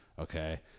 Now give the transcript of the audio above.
Okay